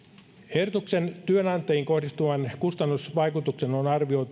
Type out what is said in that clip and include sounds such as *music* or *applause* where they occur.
ehdotuksen työnantajiin kohdistuvan kustannusvaikutuksen on arvioitu *unintelligible*